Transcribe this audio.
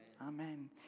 Amen